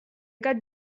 got